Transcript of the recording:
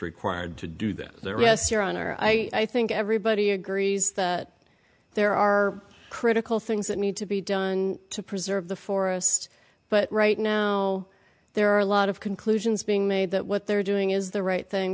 required to do that they're just your honor i think everybody agrees that there are critical things that need to be done to preserve the forest but right now now there are a lot of conclusions being made that what they're doing is the right thing